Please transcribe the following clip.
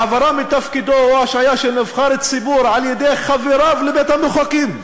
העברה מתפקידו או השעיה של נבחרי ציבור על-ידי חבריו לבית-המחוקקים,